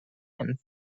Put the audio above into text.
and